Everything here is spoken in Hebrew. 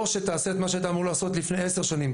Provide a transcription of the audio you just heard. או שהוא יעשה את מה שהוא היה אמור לעשות לפני עשר שנים,